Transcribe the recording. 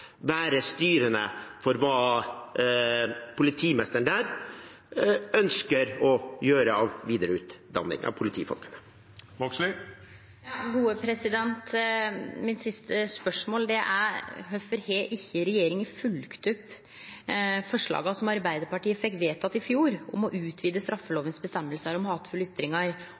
være styrende for hva politimesteren der ønsker å gjøre av videreutdanning av politifolkene. Det siste spørsmålet mitt er: Kvifor har ikkje regjeringa følgt opp forslaga som Arbeidarpartiet fekk vedteke i fjor om å utvide straffelovas føresegner om hatefulle